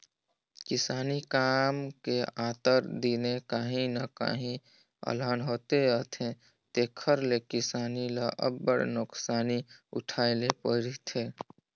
किसानी काम में आंतर दिने काहीं न काहीं अलहन होते रहथे तेकर ले किसान ल अब्बड़ नोसकानी उठाए ले परथे